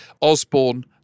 Osborne